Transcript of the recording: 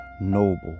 noble